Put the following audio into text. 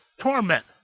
torment